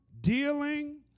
Dealing